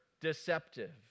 deceptive